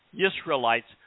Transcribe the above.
Israelites